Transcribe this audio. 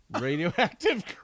Radioactive